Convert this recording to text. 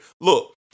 Look